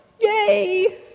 Yay